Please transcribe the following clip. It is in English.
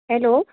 hello